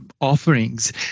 offerings